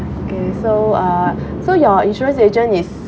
okay so uh so your insurance agent is